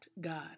God